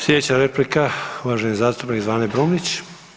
Sljedeća replika uvaženi zastupnik Zvane Brumnić.